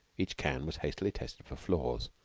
each can was hastily tested for flaws,